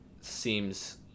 seems